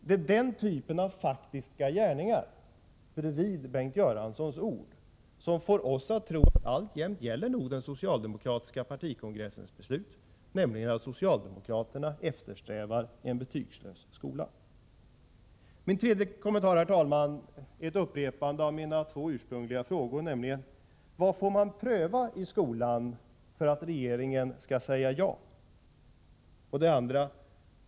Det är den typen av faktiska gärningar, bredvid Bengt Göranssons ord, som får oss att tro att den socialdemokratiska partikongressens beslut nog alltjämt gäller, dvs. att socialdemokraterna eftersträvar en betygslös skola. Min tredje kommentar är ett upprepande av mina två ursprungliga frågor: Vad får man pröva i skolan för att regeringen skall säga ja?